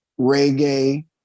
reggae